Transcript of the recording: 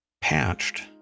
patched